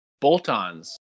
bolt-ons